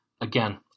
again